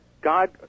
God